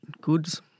goods